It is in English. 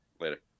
Later